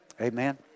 Amen